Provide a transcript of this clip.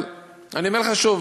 אבל אני אומר לך שוב: